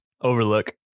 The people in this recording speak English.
Overlook